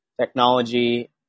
Technology